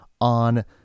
on